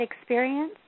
experience